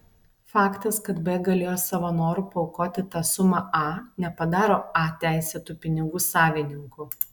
faktas kad b galėjo savo noru paaukoti tą sumą a nepadaro a teisėtu pinigų savininku